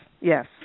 yes